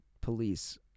police